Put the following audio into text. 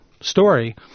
story